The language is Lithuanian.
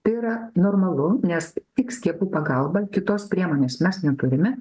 tai yra normalu nes tik skiepų pagalba kitos priemonės mes neturime